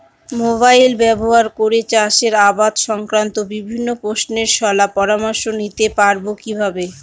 Mobile ব্যাবহার করে চাষের আবাদ সংক্রান্ত বিভিন্ন প্রশ্নের শলা পরামর্শ নিতে পারবো কিভাবে?